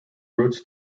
roots